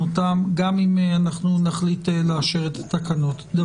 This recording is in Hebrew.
גם המחקרים הקליניים שהתחילו להתפרסם בשבוע האחרון ונתונים